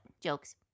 Jokes